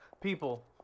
People